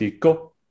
go